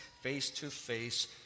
face-to-face